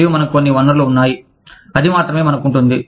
మరియు మనకు కొన్ని వనరులు ఉన్నాయి అది మాత్రమే మనకు ఉంటుంది